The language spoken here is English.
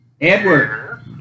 Edward